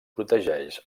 protegeix